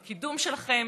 בקידום שלכם,